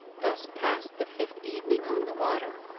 thus passed the fifth evening on the water.